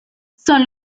son